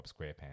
SquarePants